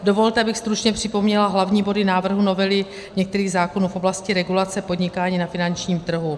Dovolte, abych stručně připomněla hlavní body návrhu novely některých zákonů v oblasti regulace podnikání na finančních trhu.